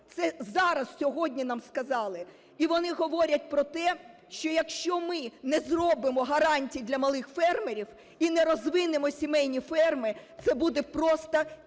Це зараз, сьогодні нам сказали. І вони говорять про те, що якщо ми не зробимо гарантій для малих фермерів і не розвинемо сімейні ферми – це буде просто кінець